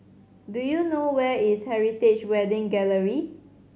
do you know where is Heritage Wedding Gallery